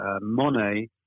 Monet